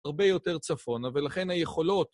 הרבה יותר צפונה, ולכן היכולות...